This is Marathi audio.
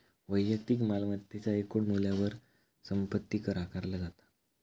वैयक्तिक मालमत्तेच्या एकूण मूल्यावर संपत्ती कर आकारला जाता